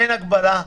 אין הגבלה?